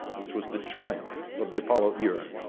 which was the triumph of the apollo era,